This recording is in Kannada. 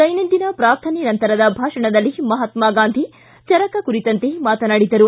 ದ್ಗೆನಂದಿನ ಪ್ರಾರ್ಥನೆ ನಂತರದ ಭಾಷಣದಲ್ಲಿ ಮಹಾತ್ನಾ ಗಾಂಧಿ ಚರಕ ಕುರಿತಂತೆ ಮಾತನಾಡಿದ್ದರು